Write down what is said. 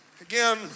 Again